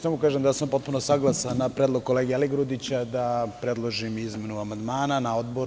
Samo da kažem da sam potpuno saglasan na predlog kolege Aligrudića da predložim izmenu amandmana na odboru.